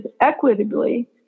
equitably